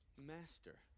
Master